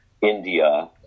India